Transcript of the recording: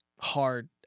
hard